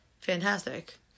fantastic